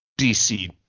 dc